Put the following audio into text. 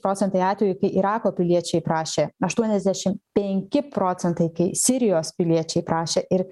procentai atvejų kai irako piliečiai prašė aštuoniasdešim penki procentai kai sirijos piliečiai prašė ir